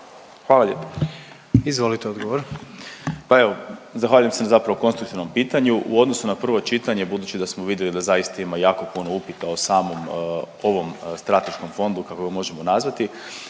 odgovor. **Vidiš, Ivan** Pa evo, zahvaljujem se zapravo na konstruktivnom pitanju. U odnosu na prvo čitanje, budući da smo vidjeli da zaista ima jako puno upita o samom ovom strateškom fondu kako ga možemo nazvati,